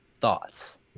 Thoughts